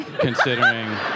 considering